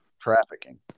trafficking